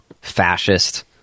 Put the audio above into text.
fascist